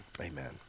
amen